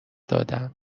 دادم